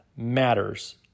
matters